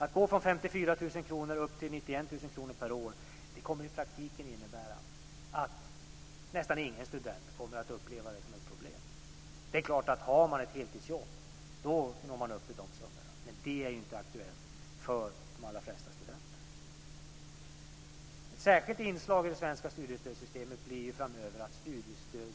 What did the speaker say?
Att gå från 54 000 kr upp till 91 000 kr per år kommer i praktiken att innebära att nästan ingen student kommer att uppleva detta som ett problem. Det är klart att om man har ett heltidsjobb når man upp i de summorna, men det är ju inte aktuellt för de allra flesta studenter. Ett särskilt inslag i det svenska studiestödssystemet blir att studiestödet också blir pensionsgrundande framöver.